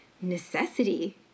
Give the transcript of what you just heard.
necessity